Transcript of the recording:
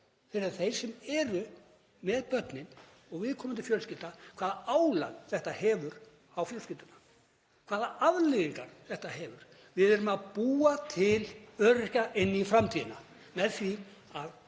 nema þeir sem eru með börnin og viðkomandi fjölskylda hvaða álag þetta setur á fjölskylduna, hvaða afleiðingar þetta hefur. Við erum að búa til öryrkja inn í framtíðina með því að